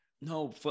no